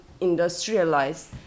industrialized